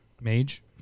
Mage